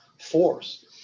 force